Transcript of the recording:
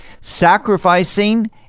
Sacrificing